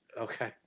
Okay